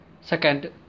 second